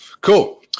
cool